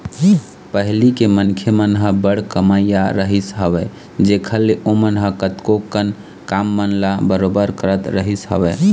पहिली के मनखे मन ह बड़ कमइया रहिस हवय जेखर ले ओमन ह कतको कन काम मन ल बरोबर करत रहिस हवय